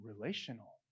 relational